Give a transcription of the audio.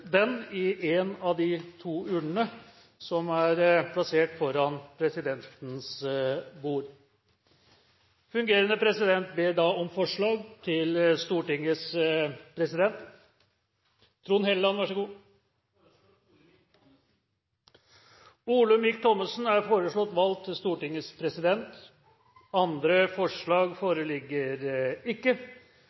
i en av de to stemmeurnene som er plassert foran presidentens bord. Fungerende president ber om forslag på Stortingets president. Jeg foreslår Olemic Thommessen. Olemic Thommessen er foreslått valgt til Stortingets president. – Andre forslag foreligger ikke.